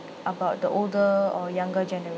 about the older or younger generation